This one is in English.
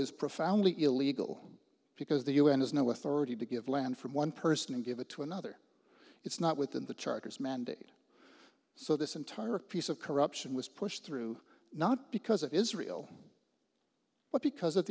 was profoundly illegal because the un has no authority to give land from one person and give it to another it's not within the charters mandate so this entire piece of corruption was pushed through not because of israel but because of